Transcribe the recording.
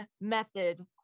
method